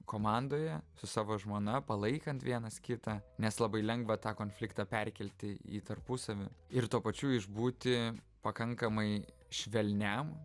komandoje su savo žmona palaikant vienas kitą nes labai lengva tą konfliktą perkelti į tarpusavį ir tuo pačiu išbūti pakankamai švelniam